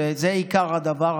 שזה עיקר הדבר,